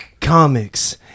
comics